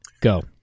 Go